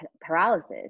paralysis